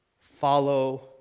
Follow